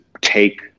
take